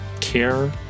care